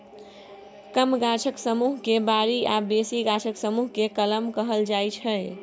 कम गाछक समुह केँ बारी आ बेसी गाछक समुह केँ कलम कहल जाइ छै